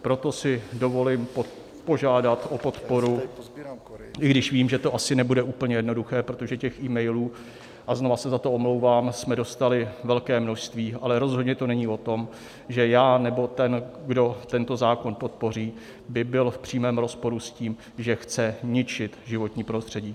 Proto si dovolím požádat o podporu, i když vím, že to asi nebude úplně jednoduché, protože těch emailů a znova se za to omlouvám jsme dostali velké množství, ale rozhodně to není o tom, že já nebo ten, kdo tento zákon podpoří, by byl v přímém rozporu s tím, že chce ničit životní prostředí.